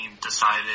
decided